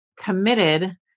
committed